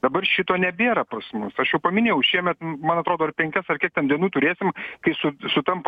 dabar šito nebėra pas mus aš jau paminėjau šiemet man atrodo ar penkias ar kiek ten dienų turėsim kai su sutampa